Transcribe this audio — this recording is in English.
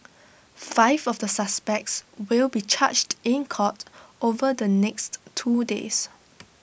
five of the suspects will be charged in court over the next two days